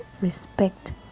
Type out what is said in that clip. respect